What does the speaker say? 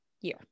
year